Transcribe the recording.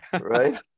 Right